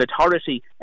authority